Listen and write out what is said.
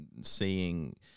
seeing